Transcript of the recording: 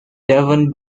devon